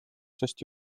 sest